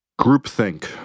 Groupthink